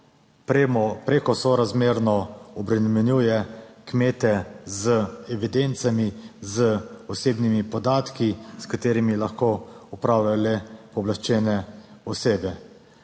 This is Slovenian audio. prekosorazmerno obremenjuje kmete z evidencami, z osebnimi podatki, s katerimi lahko opravljajo le pooblaščene osebe.